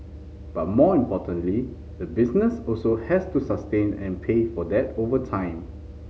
but more importantly the business also has to sustain and pay for that over time